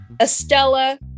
Estella